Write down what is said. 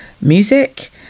music